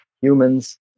humans